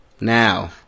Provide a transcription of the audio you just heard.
Now